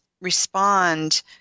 respond